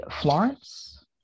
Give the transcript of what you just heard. Florence